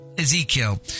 Ezekiel